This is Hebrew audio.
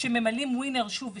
שממלאים וינר שוב ושוב,